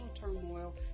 turmoil